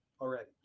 already